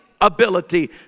ability